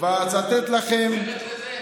החתונה של אייכלר מתחברת לזה?